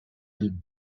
d’olive